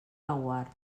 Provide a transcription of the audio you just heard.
laguar